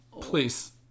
Please